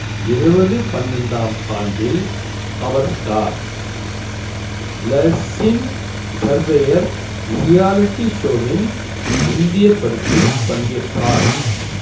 இருபது பன்னெண்டாம் ஆண்டில் அவர் ஸ்டார் ப்ளஸின் சர்வேயர் ரியாலிட்டி ஷோவின் இந்திய பதிப்பில் பங்கேற்றார்